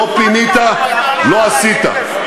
לא פינית, לא עשית.